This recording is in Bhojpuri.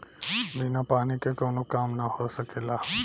बिना पानी के कावनो काम ना हो सकेला